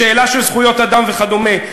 בשאלה של זכויות אדם וכדומה,